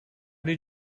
did